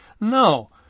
No